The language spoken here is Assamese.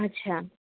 আচ্ছা